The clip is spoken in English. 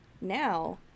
now